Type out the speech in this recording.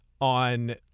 on